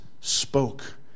spoke